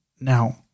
Now